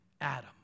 Adam